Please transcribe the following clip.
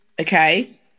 Okay